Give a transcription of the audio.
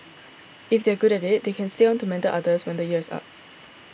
if they are good at it they can stay on to mentor others when the year is up